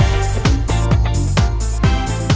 and and